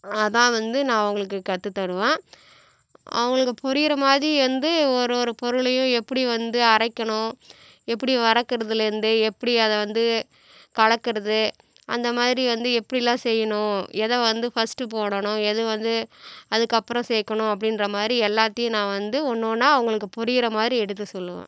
அதுதான் வந்து நான் அவங்களுக்கு கற்றுத்தருவேன் அவங்களுக்கு புரிகிற மாதிரி வந்து ஒரு ஒரு பொருளையும் எப்படி வந்து அரைக்கணும் எப்படி வதக்குறதுலேருந்து எப்படி அதை வந்து கலக்கிறது அந்தமாதிரி வந்து எப்படிலாம் செய்யணும் எதை வந்து ஃபஸ்ட்டு போடணும் எது வந்து அதுக்கப்புறம் சேர்க்கணும் அப்படின்ற மாதிரி எல்லாத்தேயும் நான் வந்து ஒன்று ஒன்றா அவங்களுக்கு புரிகிற மாதிரி எடுத்துச் சொல்லுவேன்